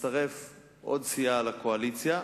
תצטרף עוד סיעה לקואליציה.